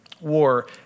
war